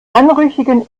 anrüchigen